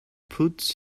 puts